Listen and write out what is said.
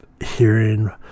hearing